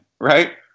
right